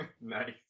Nice